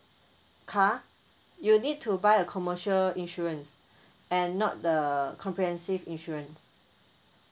car you need to buy a commercial insurance and not the comprehensive insurance